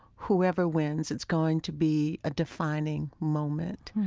whoever wins, it's going to be a defining moment.